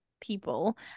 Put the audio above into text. people